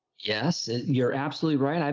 yes. and you're absolutely right.